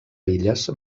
illes